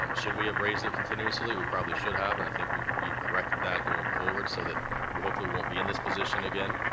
um should we have raised it continuously? we probably should have, and i think we've we've corrected that going forward so that we hopefully won't be in this position again.